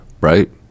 Right